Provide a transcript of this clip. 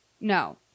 No